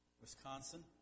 Wisconsin